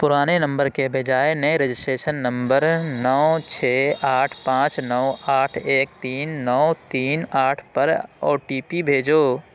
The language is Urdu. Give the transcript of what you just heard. پرانے نمبر کے بجائے نئے رجسٹریشن نمبر نو چھ آٹھ پانچ نو آٹھ ایک تین نو تین آٹھ پر او ٹی پی بھیجو